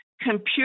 computer